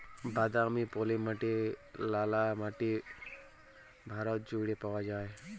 বাদামি, পলি মাটি, ললা মাটি ভারত জুইড়ে পাউয়া যায়